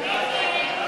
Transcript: ההצעה להסיר